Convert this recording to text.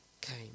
came